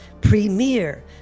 premier